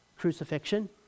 crucifixion